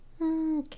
Okay